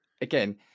again